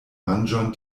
manĝon